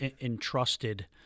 entrusted